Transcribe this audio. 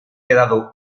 quedado